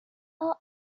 are